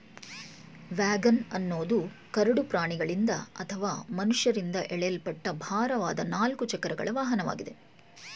wagon ಅನ್ನೋದು ಕರಡು ಪ್ರಾಣಿಗಳಿಂದ ಅಥವಾ ಮನುಷ್ಯರಿಂದ ಎಳೆಯಲ್ಪಟ್ಟ ಭಾರವಾದ ನಾಲ್ಕು ಚಕ್ರಗಳ ವಾಹನವಾಗಿದೆ